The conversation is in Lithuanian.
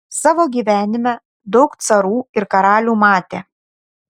savo gyvenime daug carų ir karalių matė